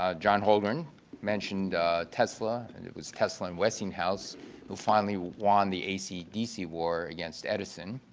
ah john holdren mentioned tesla and it was tesla and westinghouse who finally won the ac dc war against edison.